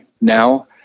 now